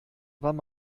wann